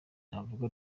ntavuga